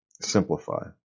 simplify